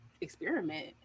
experiment